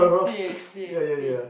see I see I see